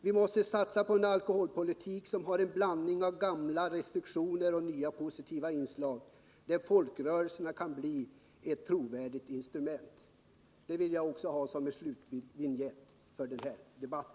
Vi måste satsa på en alkoholpolitik som har en blandning av gamla restriktioner och nya positiva inslag, där folkrörelserna kan bli ett trovärdigt instrument.” Det vill jag ha såsom slutvinjett också för denna debatt.